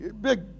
big